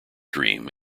dream